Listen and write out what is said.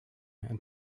and